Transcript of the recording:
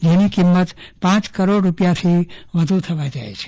તેની કિંમત પ કરોડ રૂપિયાથી વધુ થવા જાય છે